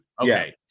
Okay